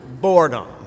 boredom